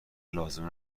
لازمه